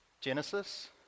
Genesis